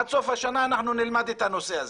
עד סוף השנה אנחנו נלמד את הנושא הזה.